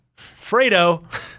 Fredo